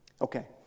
Okay